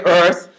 earth